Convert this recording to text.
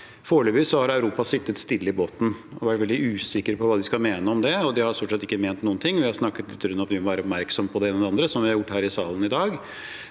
Foreløpig har Europa sittet stille i båten og vært veldig usikre på hva de skal mene om det, og de har stort sett ikke ment noen ting. Det er snakket litt rundt at vi må være oppmerksomme på det ene og det andre, som vi har gjort her i salen i dag,